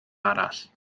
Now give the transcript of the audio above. arall